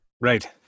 Right